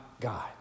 God